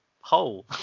hole